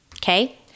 Okay